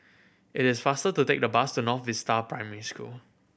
it is faster to take the bus to North Vista Primary School